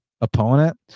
opponent